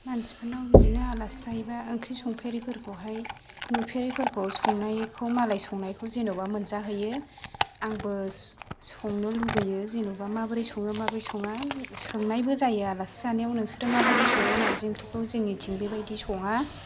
मानसिफोरनाव बिदिनो आलासि जायोब्ला ओंख्रि संफेरिफोरखौहाय नुफेरिफोरखौ संनायखौ मालाय संनायखौ जेनेबा मोनजाहैयो आंबो संनो लुबैयो जेनेबा माबोरै सङो माबोरै सङा सोंनायबो जायो आलासि जानायाव नोंसोर माबायदि सङो नार्जि ओंख्रिखौ जोंनिथिं बेबायदि सङा